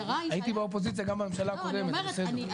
הייתי באופוזיציה גם בממשלה הקודמת, זה בסדר.